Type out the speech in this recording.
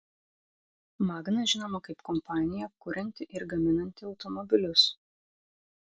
magna žinoma kaip kompanija kurianti ir gaminanti automobilius